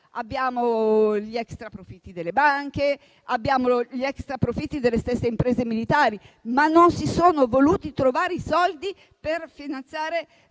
Abbiamo gli extraprofitti delle banche e delle stesse imprese militari, ma non si sono voluti trovare i soldi per finanziare